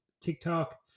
TikTok